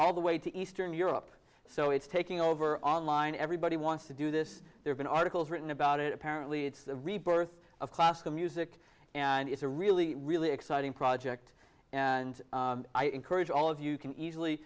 all the way to eastern europe so it's taking over online everybody wants to do this there's been articles written about it apparently it's the rebirth of classical music and it's a really really exciting project and i encourage all of you can easily